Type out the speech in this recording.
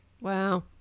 Wow